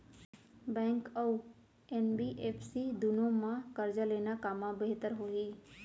Bank अऊ NBFC दूनो मा करजा लेना कामा बेहतर होही?